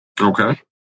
Okay